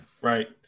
right